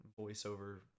voiceover